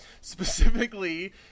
specifically